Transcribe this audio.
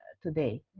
today